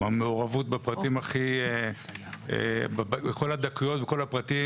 עם המעורבות בכל הדקויות ובכל הפרטים,